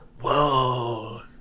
Whoa